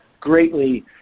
greatly